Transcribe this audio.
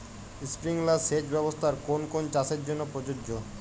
Sprinkler সেচ ব্যবস্থার কোন কোন চাষের জন্য প্রযোজ্য?